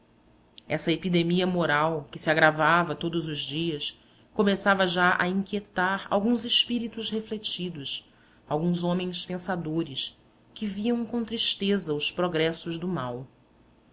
essa epidemia moral que se agravava todos os dias começava já a inquietar alguns espíritos refletidos alguns homens pensadores que viam com tristeza os progressos do mal